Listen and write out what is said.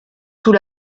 sous